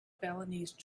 balinese